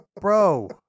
Bro